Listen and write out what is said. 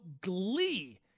glee